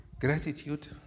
gratitude